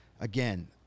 again –